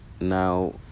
Now